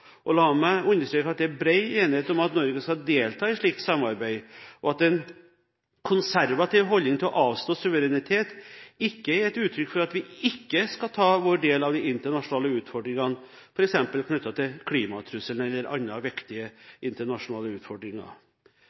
La meg understreke at det er bred enighet om at Norge skal delta i slikt samarbeid, og at en konservativ holdning til å avstå suverenitet ikke er et uttrykk for at vi ikke skal ta vår del av de internasjonale utfordringene, f.eks. knyttet til klimatrusselen eller andre viktige internasjonale utfordringer.